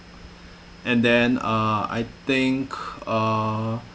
and then uh I think uh